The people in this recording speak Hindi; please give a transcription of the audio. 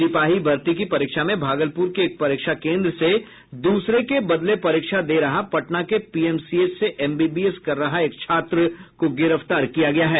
सिपाही भर्ती की परीक्षा में भागलपुर के एक परीक्षा केन्द्र से दूसरे के बदले परीक्षा दे रहा पटना के पीएमसीएच से एमबीबीएस कर रहा एक छात्र को गिरफ्तार किया गया है